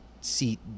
seat